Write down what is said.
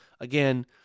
again